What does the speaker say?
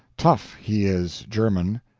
tough he is german,